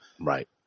right